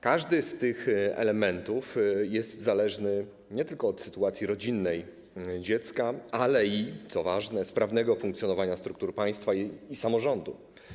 Każdy z tych elementów jest zależny nie tylko od sytuacji rodzinnej dziecka, ale i - co ważne - od sprawnego funkcjonowania struktur państwa i samorządu.